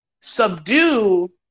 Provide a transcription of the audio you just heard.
subdue